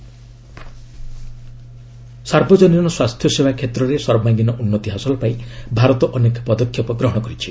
Nadda health care ସାର୍ବଜନୀନ ସ୍ୱାସ୍ଥ୍ୟ ସେବା କ୍ଷେତ୍ରରେ ସର୍ବାଙ୍ଗୀନ ଉନ୍ନତି ହାସଲ ପାଇଁ ଭାରତ ଅନେକ ପଦକ୍ଷେପ ଗ୍ରହଣ କରିଛି